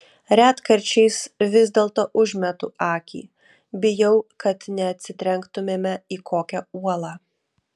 retkarčiais vis dėlto užmetu akį bijau kad neatsitrenktumėme į kokią uolą